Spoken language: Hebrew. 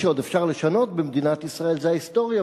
שעוד אפשר לשנות במדינת ישראל זה ההיסטוריה,